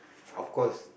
of course